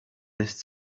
this